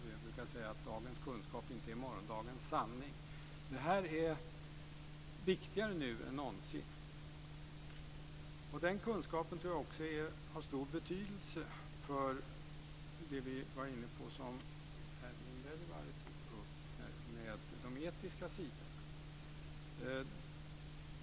Vi brukar säga att dagens kunskap inte är morgondagens sanning. Det här är viktigare nu än någonsin. Och den kunskapen tror jag också har stor betydelse för det som vi var inne på och som Erling Wälivaara tog upp, nämligen de etiska sidorna.